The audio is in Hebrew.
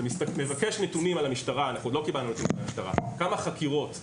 כשנבקש נתונים על המשטרה - עוד לא קיבלנו נתונים מהמשטרה כמה חקירות,